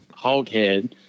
Hoghead